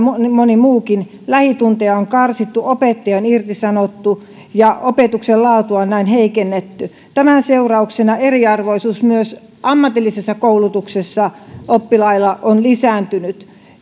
moni muukin lähitunteja on karsittu opettajia on irtisanottu ja opetuksen laatua on näin heikennetty tämän seurauksena eriarvoisuus myös ammatillisessa koulutuksessa on oppilailla lisääntynyt